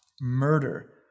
murder